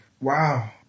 Wow